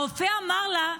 הרופא אמר לה,